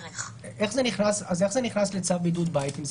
אז איך זה נכנס לצו בידוד בית אם כך,